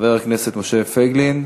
חבר הכנסת משה פייגלין.